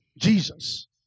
Jesus